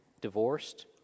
divorced